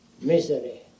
misery